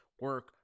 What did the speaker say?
Work